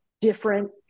different